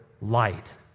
light